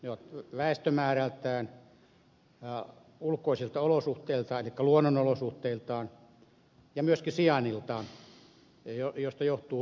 ne ovat erilaisia väestömäärältään ulkoisilta olosuhteiltaan elikkä luonnonolosuhteiltaan ja myöskin sijainniltaan mistä johtuu suuri erilaisuus